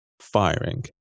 firing